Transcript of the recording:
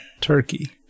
turkey